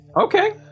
Okay